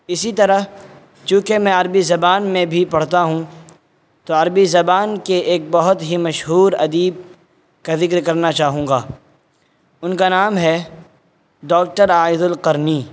اسی طرح چونکہ میں عربی زبان میں بھی پڑھتا ہوں تو عربی زبان کے ایک بہت ہی مشہور ادیب کا ذکر کرنا چاہوں گا ان کا نام ہے ڈاکٹر عائض القرنی